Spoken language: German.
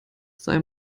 sei